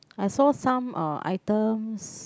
I saw some uh items